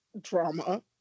drama